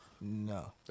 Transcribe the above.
No